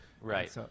Right